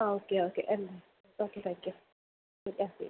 ആ okay okay ഇറങ്ങ് okay സ